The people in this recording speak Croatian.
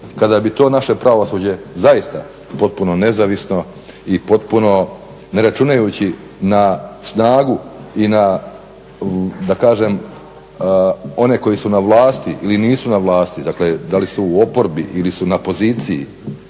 kada bi to naše pravosuđe zaista potpuno nezavisno i potpuno ne računajući na snagu i na da kažem one koje su na vlasti ili nisu na vlasti, dakle da li su u oporbi ili su na poziciji